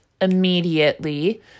immediately